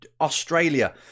Australia